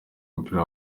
umupira